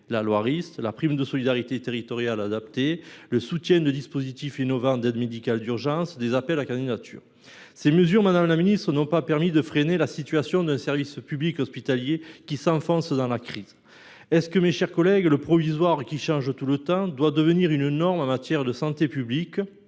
loi Rist, la prime de solidarité territoriale adaptée, le soutien de dispositifs innovants d’aides médicales d’urgence et des appels à candidatures. Ces mesures, madame la ministre, n’ont pas permis d’améliorer la situation d’un service public hospitalier qui s’enfonce dans la crise. Mes chers collègues, le « provisoire qui change tout le temps » doit il devenir une norme en matière de santé publique,